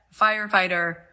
firefighter